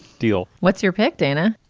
deal. what's your pick, dana?